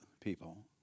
people